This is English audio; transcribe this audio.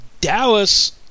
Dallas